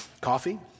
Coffee